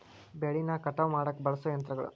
ಬೆಳಿನ ಕಟಾವ ಮಾಡಾಕ ಬಳಸು ಯಂತ್ರಗಳು